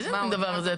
איזה מין דבר זה?